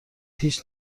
هیچ